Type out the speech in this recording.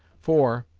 for,